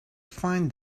find